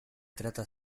trata